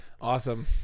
awesome